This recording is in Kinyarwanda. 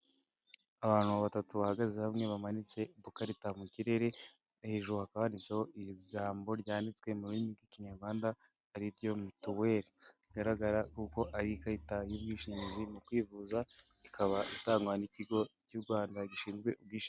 Abantu batatu bahagaze hamwe bamanitse udukarita mu kirere, hejuruka haba handitseho iri jambo ryanditse mu rurimi rw'kinyarwanda aryo mituweli rigaragara, kuko ari ikarita y'ubwishingizi no kwivuza ikaba itangwa n'ikigo cy'u Rwanda gishinzwe ubwishingizi.